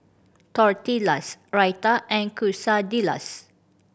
Tortillas Raita and Quesadillas